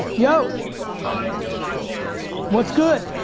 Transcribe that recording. yo! oh my god, gary! what's good?